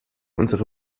unsere